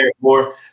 more